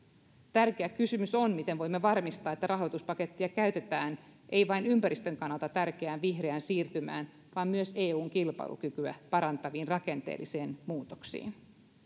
tärkeä kysymys on miten voimme varmistaa että rahoituspakettia käytetään ei vain ympäristön kannalta tärkeään vihreään siirtymään vaan myös eun kilpailukykyä parantaviin rakenteellisiin muutoksiin